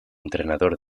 entrenador